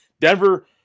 Denver